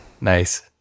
Nice